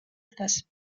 დგას